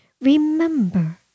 remember